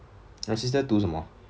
your sister 读什么